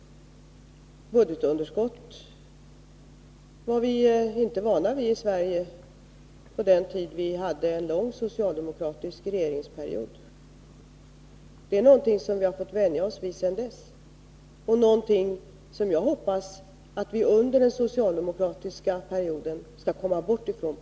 Budgetunderskott var vi inte vana vid i Sverige under den tidigare långa socialdemokratiska regeringsperioden. Det är någonting vi har fått vänja oss vid sedan dess och någonting som jag hoppas att vi under den socialdemokratiska perioden på nytt skall komma bort ifrån.